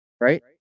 Right